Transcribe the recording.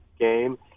game